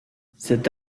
cet